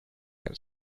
can